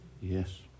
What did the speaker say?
Yes